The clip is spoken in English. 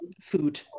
food